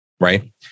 Right